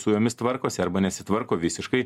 su jomis tvarkosi arba nesitvarko visiškai